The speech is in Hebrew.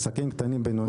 עסקים קטנים ובינוניים,